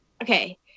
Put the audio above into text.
Okay